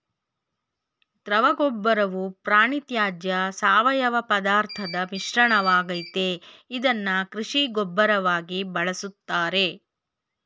ದ್ರವಗೊಬ್ಬರವು ಪ್ರಾಣಿತ್ಯಾಜ್ಯ ಸಾವಯವಪದಾರ್ಥದ್ ಮಿಶ್ರಣವಾಗಯ್ತೆ ಇದ್ನ ಕೃಷಿ ಗೊಬ್ಬರವಾಗಿ ಬಳುಸ್ತಾರೆ